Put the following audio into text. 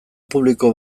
publiko